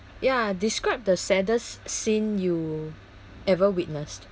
ya describe the saddest scene you ever witnessed